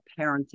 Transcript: Parenting